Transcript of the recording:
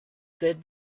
good